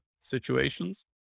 situations